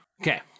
Okay